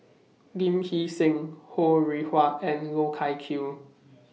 Lee Hee Seng Ho Rih Hwa and Loh Wai Kiew